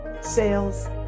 sales